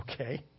Okay